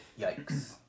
Yikes